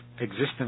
existence